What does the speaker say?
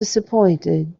disappointed